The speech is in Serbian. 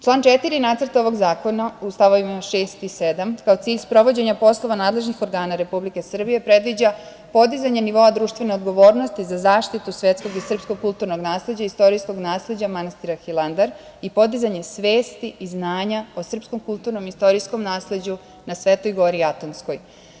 Član 4. Nacrta ovog zakona u stavovima 6. i 7, kao cilj sprovođenja poslova nadležnih organa Republike Srbije, predviđa podizanje nivoa društvene odgovornosti za zaštitu svetskog i srpskog kulturnog nasleđa, istorijskog nasleđa manastira Hilandar i podizanje svesti i znanja o srpskom kulturnom i istorijskom nasleđu na Svetoj gori Atonskoj.